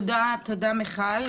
תודה, מיכל.